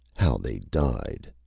how they died!